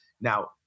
Now